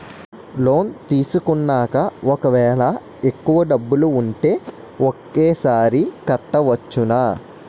Loan తీసుకున్నాక ఒకవేళ ఎక్కువ డబ్బులు ఉంటే ఒకేసారి కట్టవచ్చున?